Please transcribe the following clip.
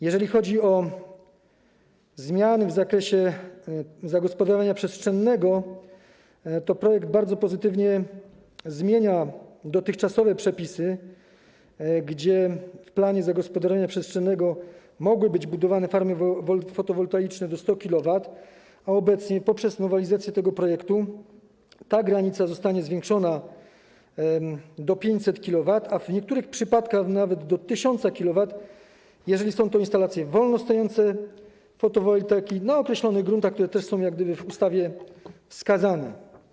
Jeżeli chodzi o zmiany w zakresie zagospodarowania przestrzennego, to projekt bardzo pozytywnie zmienia dotychczasowe przepisy, zgodnie z którymi w planie zagospodarowania przestrzennego mogły być budowane farmy fotowoltaiczne do 100 KW, a obecnie, dzięki nowelizacji tego projektu, ta granica zostanie przesunięta do 500 KW, a w niektórych przypadkach nawet do 1000 KW, jeżeli są to instalacje wolnostojące fotowoltaiki na określonych gruntach, które też są w ustawie wskazane.